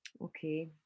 Okay